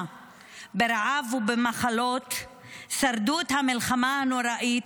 ברעב ובמחלות שרדו את המלחמה הנוראית,